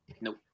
Nope